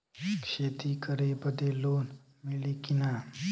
खेती करे बदे लोन मिली कि ना?